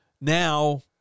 Now